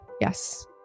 yes